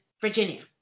Virginia